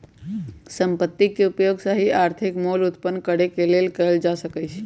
संपत्ति के उपयोग सही आर्थिक मोल उत्पन्न करेके लेल कएल जा सकइ छइ